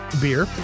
beer